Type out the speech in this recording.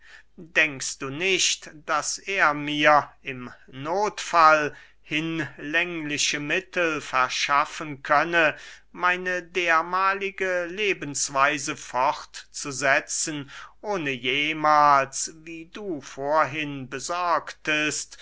denkst du nicht daß er mir im nothfall hinlängliche mittel verschaffen könne meine dermahlige lebensweise fortzusetzen ohne jemahls wie du vorhin besorgtest